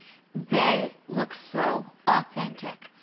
they look so authentic.